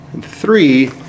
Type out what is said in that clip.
Three